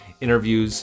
interviews